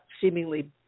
seemingly